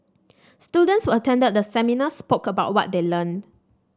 students who attended the seminar spoke about what they learned